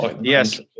Yes